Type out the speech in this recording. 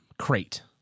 crate